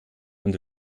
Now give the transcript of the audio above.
und